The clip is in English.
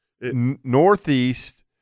northeast